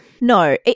No